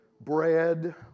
Bread